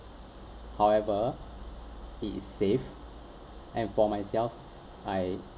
however it is safe and for myself I